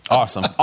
awesome